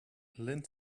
promised